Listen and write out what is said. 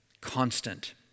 constant